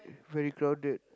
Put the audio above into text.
very crowded